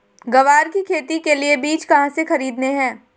ग्वार की खेती के लिए बीज कहाँ से खरीदने हैं?